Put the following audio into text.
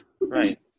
Right